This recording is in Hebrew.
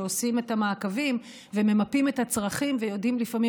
שעושים את המעקבים וממפים את הצרכים ויודעים לפעמים